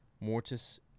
Mortis